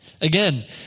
Again